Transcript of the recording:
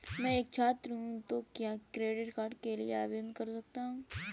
मैं एक छात्र हूँ तो क्या क्रेडिट कार्ड के लिए आवेदन कर सकता हूँ?